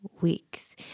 weeks